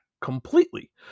completely